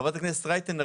חברת הכנסת רייטן,